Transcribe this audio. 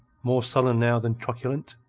more sullen now than truculent.